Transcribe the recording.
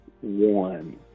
one